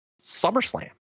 SummerSlam